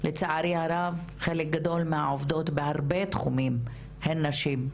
לצערי הרב חלק גדול מהעובדות בהרבה תחומים הן נשים,